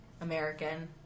american